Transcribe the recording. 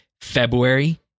February